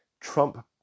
Trump